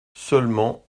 seulement